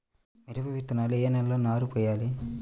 మిరప విత్తనాలు ఏ నెలలో నారు పోయాలి?